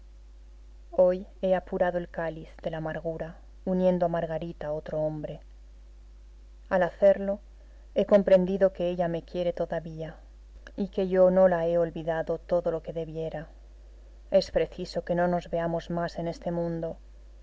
hoy he apurado el cáliz de la amargura uniendo a margarita a otro hombre al hacerlo he comprendido que ella me quiere todavía y que yo no la he olvidado todo lo que debiera es preciso que no nos veamos más en este mundo